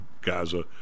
Gaza